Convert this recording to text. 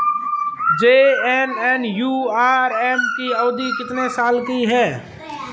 JNNURM की अवधि कितने साल की है?